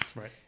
right